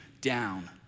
down